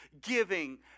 giving